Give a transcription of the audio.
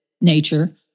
nature